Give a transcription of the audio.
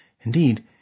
Indeed